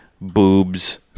boobs